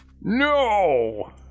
No